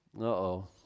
Uh-oh